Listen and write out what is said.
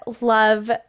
love